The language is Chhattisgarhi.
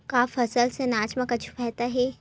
का फसल से आनाज मा कुछु फ़ायदा हे?